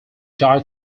died